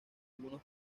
algunos